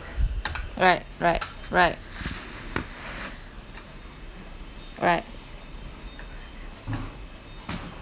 right right right right